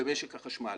במשק החשמל